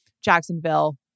Jacksonville